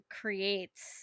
creates